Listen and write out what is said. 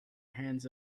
hands